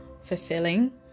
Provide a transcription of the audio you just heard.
fulfilling